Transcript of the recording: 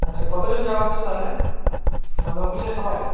আচ্ছা কতজন যাওয়া হচ্ছে তাহলে আমাদের অফিসের সবাই